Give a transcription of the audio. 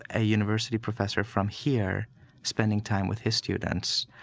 a university professor from here spending time with his students,